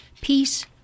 Peace